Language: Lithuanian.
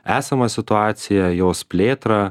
esamą situaciją jos plėtrą